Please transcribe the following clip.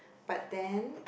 but then